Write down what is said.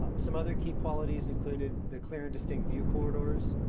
ah some other key qualities include the clear and distinct view corridors,